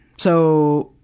so,